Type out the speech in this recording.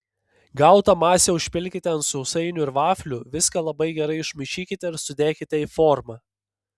gautą masę užpilkite ant sausainių ir vaflių viską labai gerai išmaišykite ir sudėkite į formą